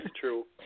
true